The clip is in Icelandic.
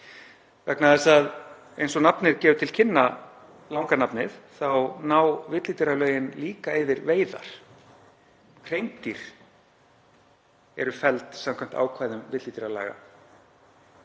vegna þess að, eins og nafnið gefur til kynna, langa nafnið, þá ná villidýralögin líka yfir veiðar. Hreindýr eru felld samkvæmt ákvæðum villidýralaga,